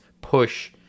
push